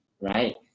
right